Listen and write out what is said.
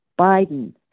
Biden